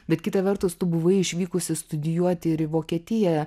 bet kita vertus tu buvai išvykusi studijuoti ir į vokietiją